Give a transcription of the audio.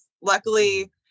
Luckily